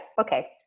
okay